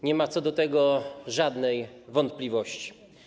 Nie ma co do tego żadnej wątpliwości.